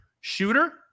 Shooter